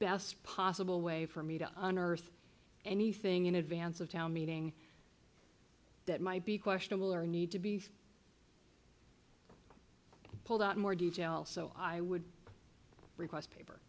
best possible way for me to on earth anything in advance of town meeting that might be questionable or need to be pulled out more detail so i would request paper